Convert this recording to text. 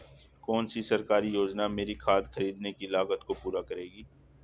कौन सी सरकारी योजना मेरी खाद खरीदने की लागत को पूरा करेगी?